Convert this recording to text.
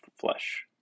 flesh